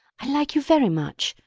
i like you very much,